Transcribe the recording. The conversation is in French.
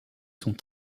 sont